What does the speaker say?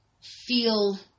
feel